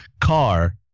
Car